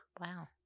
Wow